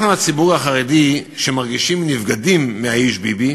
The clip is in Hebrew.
אנחנו, הציבור החרדי, שמרגישים נבגדים מהאיש ביבי,